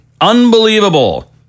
Unbelievable